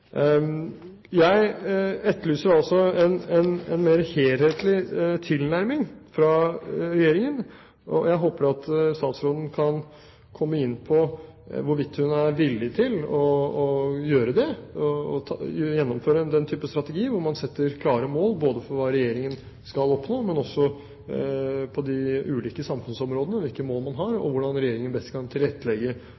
Jeg etterlyser altså en mer helhetlig tilnærming fra Regjeringen, og jeg håper at statsråden kan komme inn på hvorvidt hun er villig til å gjennomføre den type strategier, hvor man setter klare mål for hva Regjeringen skal oppnå på de ulike samfunnsområdene, hvilke mål man har,